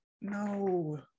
No